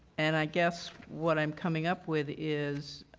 and i guess what i am coming up with is